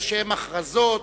איזשהן הכרזות